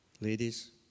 Ladies